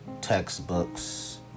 textbooks